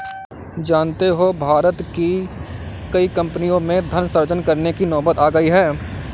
जानते हो भारत की कई कम्पनियों में धन सृजन करने की नौबत आ गई है